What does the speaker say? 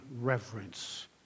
reverence